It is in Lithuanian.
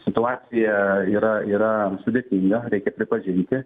situacija yra yra sudėtinga reikia pripažinti